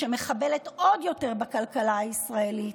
שמחבלת עוד יותר בכלכלה הישראלית,